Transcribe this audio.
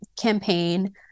campaign